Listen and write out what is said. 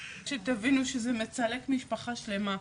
שתבינו שזה מצלק משפחה שלמה,